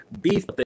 beef